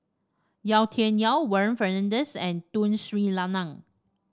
Yau Tian Yau Warren Fernandez and Tun Sri Lanang